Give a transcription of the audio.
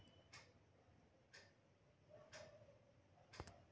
strawberry चा विशेष वास ओळखण्यायोग्य बनला आहे, तो चमकदार लाल रंगाचा असतो